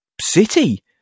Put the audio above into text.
city